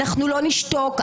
אנחנו לא נשתוק,